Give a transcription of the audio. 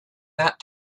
that